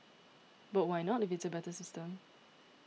but why not if it's a better system